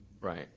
Right